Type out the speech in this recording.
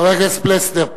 חבר הכנסת פלסנר,